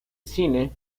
cine